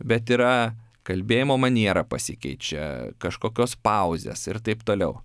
bet yra kalbėjimo maniera pasikeičia kažkokios pauzės ir taip toliau